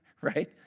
Right